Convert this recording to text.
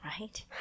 Right